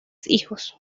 hijos